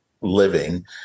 living